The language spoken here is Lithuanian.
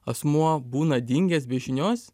asmuo būna dingęs be žinios